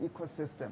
ecosystem